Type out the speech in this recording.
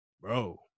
bro